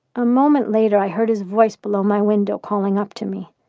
a moment later, i heard his voice below my window, calling up to me.